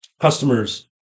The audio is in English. customers